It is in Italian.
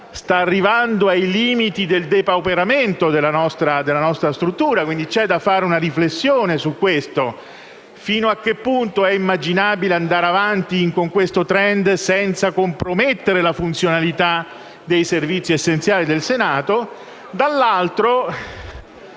sta arrivando ai limiti del depauperamento della nostra struttura. C'è quindi da fare una riflessione su questo: fino a che punto è immaginabile andare avanti con questo *trend* senza compromettere la funzionalità dei servizi essenziali del Senato?